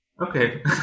Okay